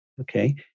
okay